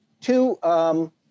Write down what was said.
two